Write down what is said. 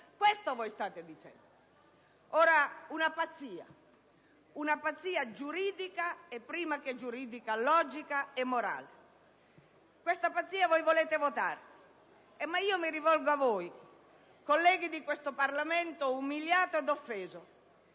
Questo voi state dicendo. È una pazzia, una pazzia giuridica e, prima che giuridica, logica e morale, e voi volete votare questa pazzia. Mi rivolgo a voi, colleghi di questo Parlamento umiliato ed offeso: